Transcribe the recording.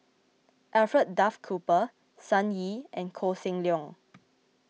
Alfred Duff Cooper Sun Yee and Koh Seng Leong